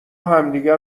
همدیگه